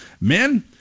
Men